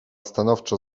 stanowczo